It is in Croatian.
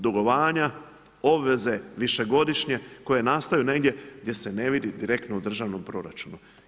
Dugovanja, obveze višegodišnje, koje nastaju negdje gdje se ne vidi direktno u državnom proračunu.